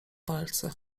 palce